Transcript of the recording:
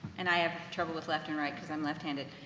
and i have trouble with left and right because i'm left-handed,